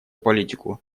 политику